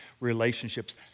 relationships